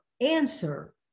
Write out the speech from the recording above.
answer